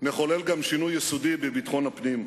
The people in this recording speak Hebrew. נחולל גם שינוי יסודי בביטחון הפנים.